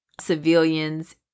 civilians